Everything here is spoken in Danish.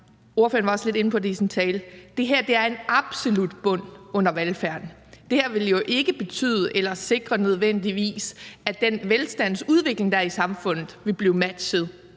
Det her er en absolut bund under velfærden. Det her vil jo ikke betyde eller nødvendigvis sikre, at den velstandsudvikling, der er i samfundet, vil blive matchet